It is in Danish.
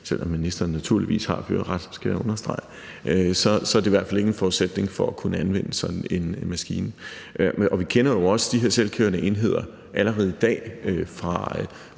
selv om ministeren naturligvis har førerret – skal jeg understrege – er det i hvert fald ingen forudsætning for at kunne anvende sådan en maskine. Vi kender jo også allerede i dag de her selvkørende enheder fra f.eks.